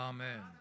Amen